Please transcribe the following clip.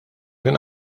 kien